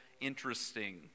interesting